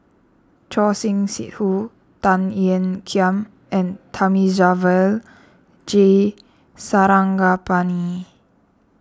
Choor Singh Sidhu Tan Ean Kiam and Thamizhavel G Sarangapani